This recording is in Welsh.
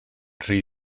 rhy